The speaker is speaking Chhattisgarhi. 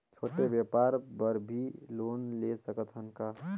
छोटे व्यापार बर भी लोन ले सकत हन का?